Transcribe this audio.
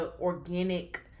organic